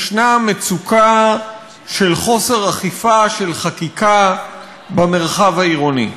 ישנה מצוקה של חוסר אכיפה של חקיקה במרחב העירוני.